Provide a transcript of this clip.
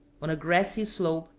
on a grassy slope,